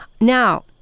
now